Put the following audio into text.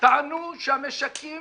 טענו שהמשקים